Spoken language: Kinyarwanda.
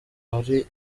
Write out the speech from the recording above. hari